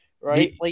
right